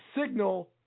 signal